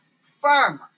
firmer